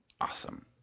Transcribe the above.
Awesome